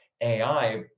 AI